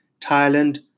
Thailand